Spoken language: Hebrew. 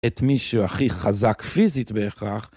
‫את מי שהוא הכי חזק פיזית בהכרח.